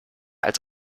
als